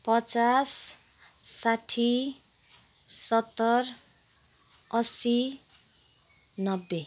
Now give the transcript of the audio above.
पचास साठी सत्तर असी नब्बे